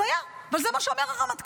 הזיה, אבל זה מה שאומר הרמטכ"ל.